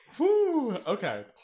Okay